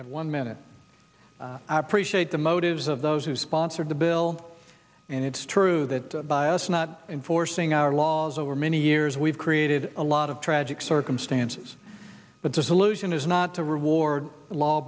minute one minute i appreciate the motives of those who sponsored the bill and it's true that by us not enforcing our laws over many years we've created a lot of tragic circumstances but the solution is not to reward law